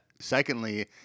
Secondly